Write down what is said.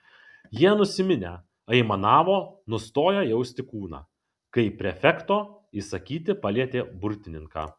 jie nusiminę aimanavo nustoję jausti kūną kai prefekto įsakyti palietė burtininką